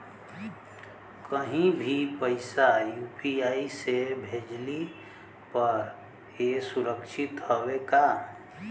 कहि भी पैसा यू.पी.आई से भेजली पर ए सुरक्षित हवे का?